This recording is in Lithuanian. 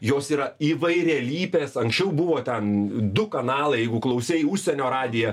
jos yra įvairialypės anksčiau buvo ten du kanalai jeigu klausei užsienio radiją